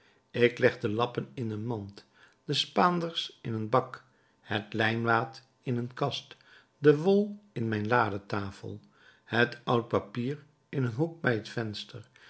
ik leg de lappen in een mand de spaanders in een bak het lijnwaad in een kast de wol in mijn ladetafel het oud papier in een hoek bij het venster